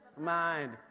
mind